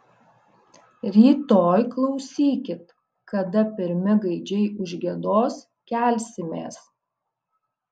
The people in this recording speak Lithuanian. rytoj klausykit kada pirmi gaidžiai užgiedos kelsimės